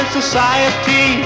society